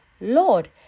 Lord